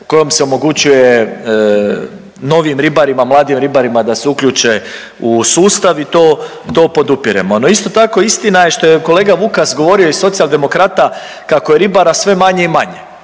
kojom se omogućuje novim ribarima, mladim ribarima da se uključe u sustav i to podupiremo. No, isto tako istina je što je kolega Vukas govorio iz Socijaldemokrata kako je ribara sve manje i manje.